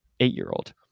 eight-year-old